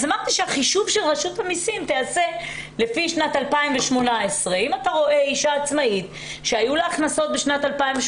אז אמרתי שהחישוב של רשות המיסים ייעשה לפי שנת 2018. אם אתה רואה אישה עצמאית שהיו לה הכנסות בשנת 2018,